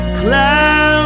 clouds